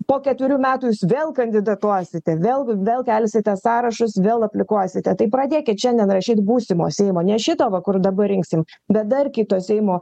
po keturių metų jūs vėl kandidatuosite vėl vėl kelsite sąrašus vėl aplikuosite tai pradėkit šiandien rašyt būsimo seimo ne šito va kur dabar rinksim bet dar kito seimo